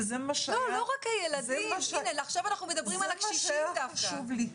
וזה מה שהיה חשוב לי.